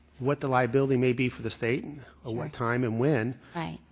what the liability may be for the state, and ah what time and when right.